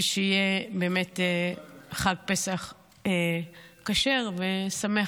ושיהיה באמת חג פסח כשר ושמח,